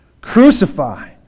Crucify